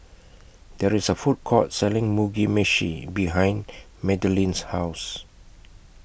There IS A Food Court Selling Mugi Meshi behind Madilynn's House